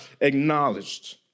acknowledged